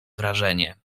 wrażenie